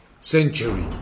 century